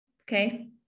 okay